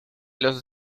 los